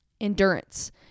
Endurance